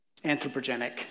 anthropogenic